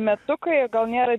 metukai gal nėra